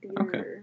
Okay